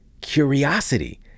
curiosity